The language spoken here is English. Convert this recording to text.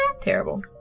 Terrible